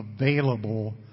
available